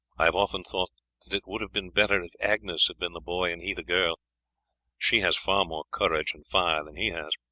i have often thought that it would have been better if agnes had been the boy and he the girl she has far more courage and fire than he has.